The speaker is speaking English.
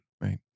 Right